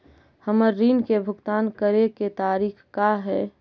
हमर ऋण के भुगतान करे के तारीख का हई?